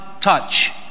touch